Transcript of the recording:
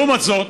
לעומת זאת,